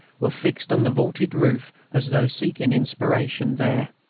were fixed on the vaulted roof as though seeking inspiration there.